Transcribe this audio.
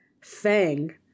fang